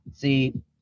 See